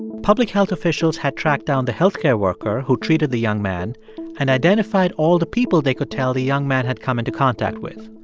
public health officials had tracked down the health care worker who treated the young man and identified all the people they could tell the young man had come into contact with.